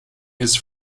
his